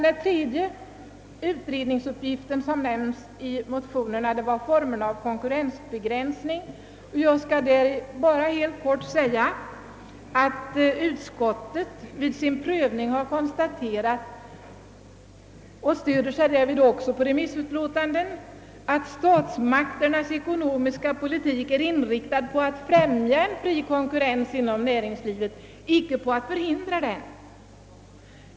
Den tredje utredningsuppgift som nämns i motionerna I: 551 och II: 674 gäller frågan om vilka former av konkurrensbegränsning som föreligger till följd av statliga företags uppträdande och på grund av den allmänna ekonomiska politik som statsmakterna bedriver. Utskottet har vid sin prövning av motionärernas förslag i denna del — och utskottet stöder sig även därvidlag på remissutlåtanden — konstaterat att statsmakternas ekonomiska politik är inriktad på att främja en fri konkurrens inom näringslivet, inte på att förhindra sådan.